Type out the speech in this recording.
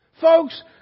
Folks